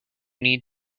need